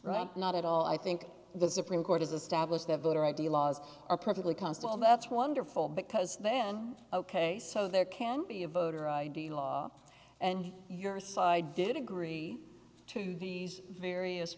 not at all i think the supreme court has established that voter id laws are perfectly constable that's wonderful because then ok so there can be a voter id law and your side did agree to these various